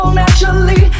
naturally